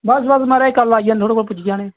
बस बस बस महाराज कल्ल आई जाने थुआढ़े कोल पुज्जी जाने